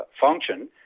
function